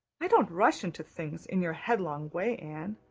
i don't rush into things in your headlong way, anne.